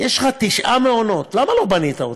יש לך תשעה מעונות, למה לא בנית אותם?